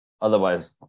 Otherwise